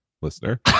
listener